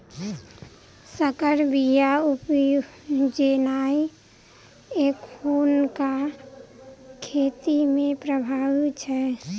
सँकर बीया उपजेनाइ एखुनका खेती मे प्रभावी छै